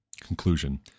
conclusion